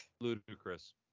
Ludicrous